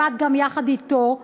עבד גם יחד אתו.